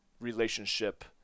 relationship